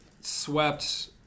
swept